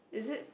is it